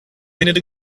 minute